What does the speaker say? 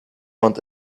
want